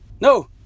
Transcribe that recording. no